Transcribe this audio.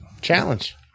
challenge